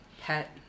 pet